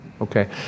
Okay